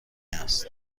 است